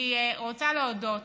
אני רוצה להודות